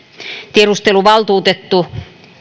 tiedusteluvaltuutettu